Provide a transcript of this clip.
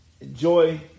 enjoy